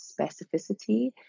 specificity